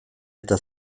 eta